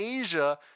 Asia